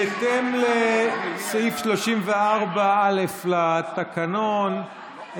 בהתאם לסעיף 34(א) לתקנון,